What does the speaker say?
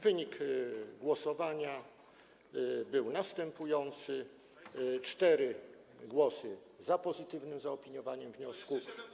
Wynik głosowania był następujący: 4 głosy za pozytywnym zaopiniowaniem wniosku.